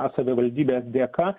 savivaldybės dėka